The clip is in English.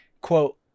quote